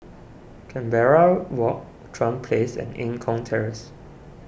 Canberra Walk Chuan Place and Eng Kong Terrace